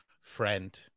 friend